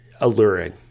alluring